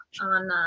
on